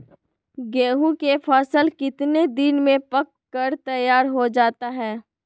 गेंहू के फसल कितने दिन में पक कर तैयार हो जाता है